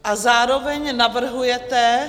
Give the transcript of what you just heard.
A zároveň navrhujete...